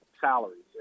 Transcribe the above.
salaries